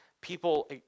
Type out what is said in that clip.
people